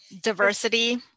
diversity